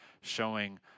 showing